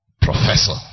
professor